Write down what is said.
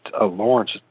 Lawrence